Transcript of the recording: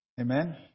Amen